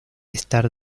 estar